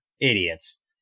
idiots